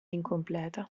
incompleta